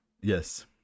Yes